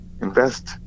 invest